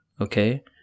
Okay